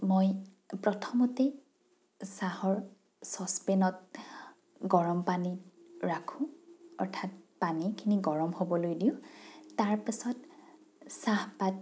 মই প্ৰথমতে চাহৰ চচপেনত গৰমপানী ৰাখোঁ অৰ্থাৎ পানীখিনি গৰম হ'বলৈ দিওঁ তাৰপাছত চাহপাত